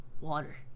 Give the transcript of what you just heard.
Water